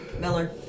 Miller